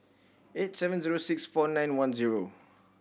eight seven zero six four nine one zero